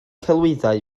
celwyddau